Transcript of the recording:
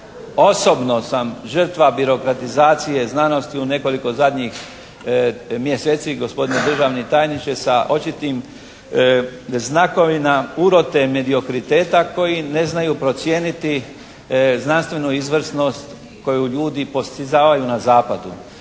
osobno sam žrtva birokratizacije znanosti u nekoliko zadnjih mjeseci, gospodine državni tajniče, sa očitim znakovima urote, mediokriteta koji ne znaju procjene znanstvenu izvrsnost koju ljudi postizavaju na zapadu.